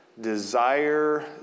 desire